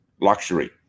luxury